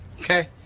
Okay